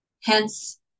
Hence